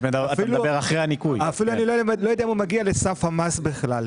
אפילו אני לא יודע אם הוא מגיע לסף המס בכלל.